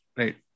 right